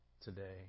today